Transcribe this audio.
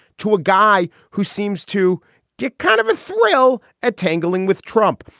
to a guy who seems to get kind of a thrill at tangling with trump,